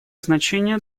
значение